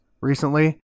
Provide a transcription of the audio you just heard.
recently